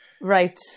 Right